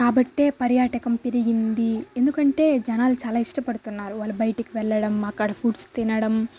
కాబట్టే పర్యాటకం పెరిగింది ఎందుకంటే జనాలు చాలా ఇష్టపడుతున్నారు వాళ్ళు బయటకు వెళ్లడం అక్కడ ఫుడ్స్ తినడం